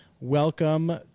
Welcome